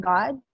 God